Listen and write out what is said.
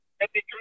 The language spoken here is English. Happy